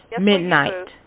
Midnight